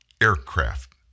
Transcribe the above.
aircraft